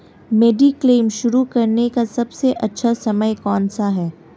Mediclaim शुरू करने का सबसे अच्छा समय कौनसा है?